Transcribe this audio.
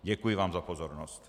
Děkuji vám za pozornost.